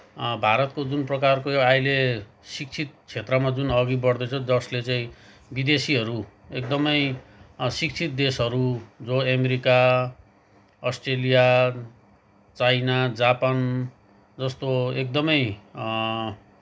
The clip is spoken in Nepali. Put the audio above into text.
भारतको जुन प्रकारको अहिले शिक्षित क्षेत्रमा जुन अघि बढ्दैछ जसले चाहिँ विदेशीहरू एकदमै शिक्षित देशहरू जो अमेरिका अस्ट्रेलिया चाइना जापान जस्तो एकदमै